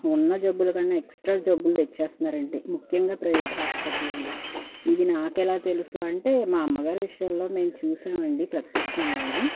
ఉన్న జబ్బులకన్నా ఎక్స్ట్రా జబ్బులు తెచ్చేస్తున్నారండి ముఖ్యంగా ప్రైవేట్ హాస్పిటల్ అండి ఇది నాకెలా తెలుసు అంటే మా అమ్మగారి విషయంలో మేము చూసామండి ప్రత్యక్షంగాను